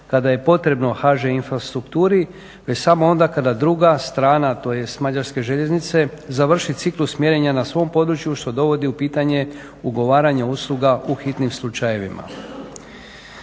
kada je potrebno HŽ-Infrastrukturi već samo onda kada druga strana tj. mađarske željeznice završi ciklus mjerenja na svom području što dovodi u pitanje ugovaranje usluga u hitnim slučajevima.